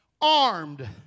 armed